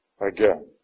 again